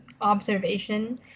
observation